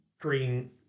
green